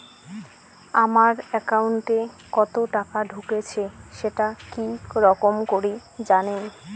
আমার একাউন্টে কতো টাকা ঢুকেছে সেটা কি রকম করি জানিম?